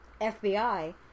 FBI